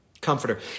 comforter